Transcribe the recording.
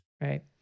Right